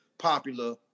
popular